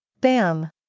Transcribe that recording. bam